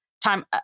time